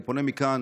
אני פונה מכאן